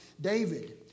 David